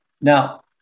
Now